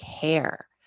care